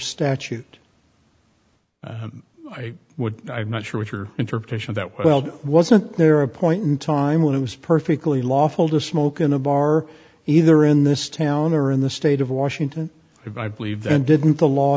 statute i would i'm not sure which are interpretation that well wasn't there a point in time when it was perfectly lawful to smoke in a bar either in this town or in the state of washington if i believe then didn't the law